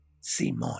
Simon